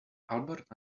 albert